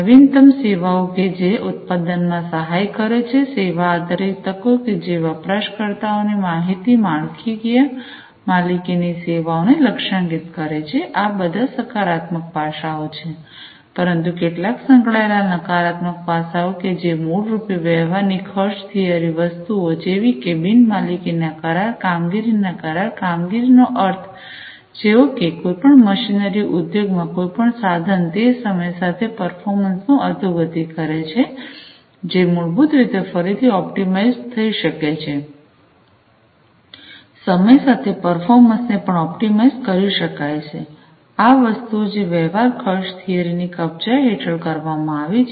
નવીનતમ સેવાઓ કે જે ઉત્પાદનમાં સહાય કરે છે સેવા આધારિત તકો કે જે વપરાશકર્તા આની માહિતી માળખાકીય માલિકીની સેવાઓને લક્ષ્યાંકિત કરે છે આ બધા સકારાત્મક પાસાઓ છે પરંતુ કેટલાક સંકળાયેલ નકારાત્મક પાસાઓ કે જે મૂળ રૂપે વ્યવહાર ની ખર્ચ થીયરી વસ્તુઓ જેવી કે બિન માલિકીના કરાર કામગીરીના કરાર કામગીરી નો અર્થ જેવો કે કોઈપણ મશીનરી ઉદ્યોગમાં કોઈપણ સાધન તે સમય સાથે પરફોર્મન્સનું અધોગતિ કરે છે જે મૂળભૂત રીતે ફરીથી ઓપ્ટિમાઇઝ થઈ શકે છે સમય સાથે પરફોર્મન્સને પણ ઓપ્ટિમાઇઝ કરી શકાય છેઆ વસ્તુઓ જે વ્યવહાર ખર્ચ થિયરીની કબજા હેઠળ કરવામાં આવી છે